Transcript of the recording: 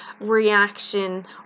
reaction